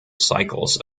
cycles